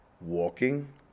walking